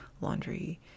laundry